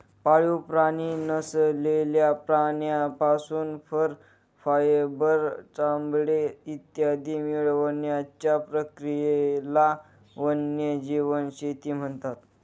पाळीव प्राणी नसलेल्या प्राण्यांपासून फर, फायबर, चामडे इत्यादी मिळवण्याच्या प्रक्रियेला वन्यजीव शेती म्हणतात